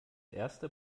erste